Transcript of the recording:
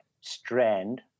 strand